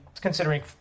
considering